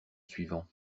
suivant